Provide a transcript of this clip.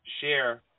share